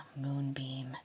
moonbeam